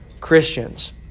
Christians